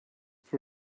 for